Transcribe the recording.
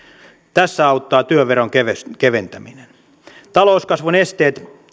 tässä auttaa työveron keventäminen keventäminen talouskasvun esteitä